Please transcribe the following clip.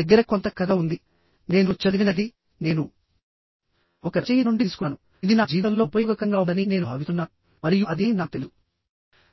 మీ దగ్గర కొంత కథ ఉంది నేను చదివినదినేను ఒక రచయిత నుండి తీసుకున్నానుఇది నా జీవితంలో ఉపయోగకరంగా ఉందని నేను భావిస్తున్నాను మరియు అది అని నాకు తెలుసు